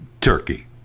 turkey